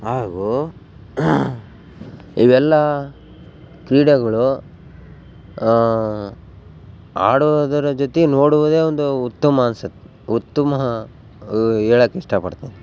ಹಾಗು ಇವೆಲ್ಲ ಕ್ರೀಡೆಗಳು ಆಡೋದರ ಜೊತೆ ನೋಡುವುದೆ ಒಂದು ಉತ್ತಮ ಅನ್ಸತ್ತೆ ಉತ್ತಮ ಹೇಳೋಕ್ ಇಷ್ಟಪಡ್ತಿನಿ